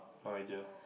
no idea